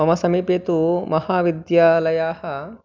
मम समीपे तु महाविद्यालयाः